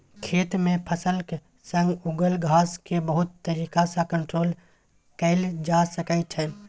खेत मे फसलक संग उगल घास केँ बहुत तरीका सँ कंट्रोल कएल जा सकै छै